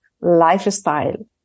lifestyle